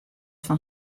fan